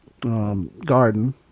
garden